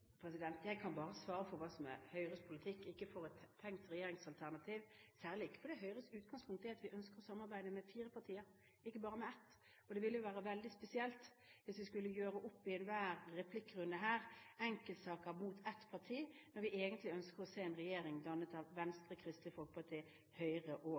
Jeg kan bare svare for hva som er Høyres politikk og ikke for et tenkt regjeringsalternativ, særlig ikke fordi Høyres utgangspunkt er at vi ønsker å samarbeide med fire partier, ikke bare med ett. Og det ville jo være veldig spesielt hvis vi skulle gjøre opp enkeltsaker mot ett parti i enhver replikkrunde her, når vi egentlig ønsker å se en regjering dannet av Venstre, Kristelig Folkeparti, Høyre